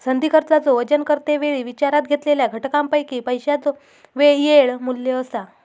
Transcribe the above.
संधी खर्चाचो वजन करते वेळी विचारात घेतलेल्या घटकांपैकी पैशाचो येळ मू्ल्य असा